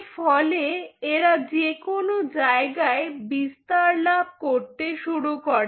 এর ফলে এরা যেকোনো জায়গায় বিস্তার লাভ করতে শুরু করে